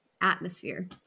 atmosphere